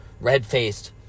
red-faced